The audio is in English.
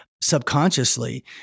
subconsciously